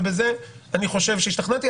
מאז השתכנעתי,